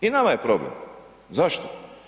I nama je problem, zašto?